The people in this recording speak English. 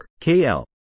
kl